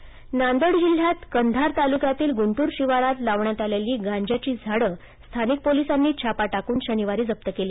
कंधार गांजाची झाडे जप्त नांदेड जिल्ह्यात कंधार तालुक्यातील गुंटूर शिवारात लावण्यात आलेली गांजाची झाडं स्थानिक पोलिसांनी छापा टाकून शनिवारी जप्त केली